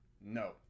No